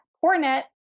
Cornet